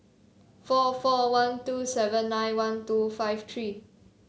four four one two seven nine one two five three